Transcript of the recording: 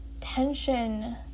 tension